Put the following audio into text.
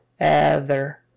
ether